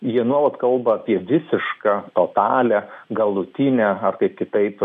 jie nuolat kalba apie visišką totalią galutinę ar kaip kitaip